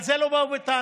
על זה לא באו בטענות.